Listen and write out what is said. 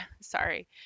sorry